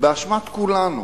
באשמת כולנו,